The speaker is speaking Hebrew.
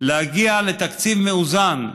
להגיע לתקציב מאוזן,